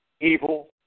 evil